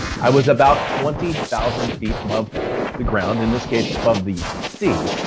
i was about twenty thousand feet above the ground, in this case, above the sea.